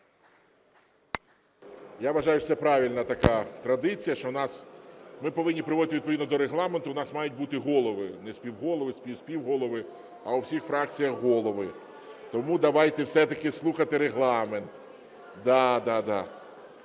Я вважаю, що це правильна така традиція, що у нас ми повинні приводити відповідно до Регламенту, у нас мають бути голови, не співголови, спів співголови, а у всіх фракціях голови. Тому давайте все-таки слухати Регламент. Да, да, да,